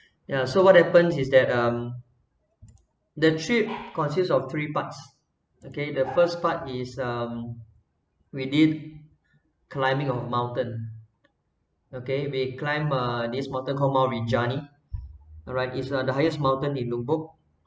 yeah so what happens is that um the trip consists of three parts okay the first part is um we did climbing of mountain okay we climb uh this mountain call mount rinjani alright it's one of the highest mountain in lombok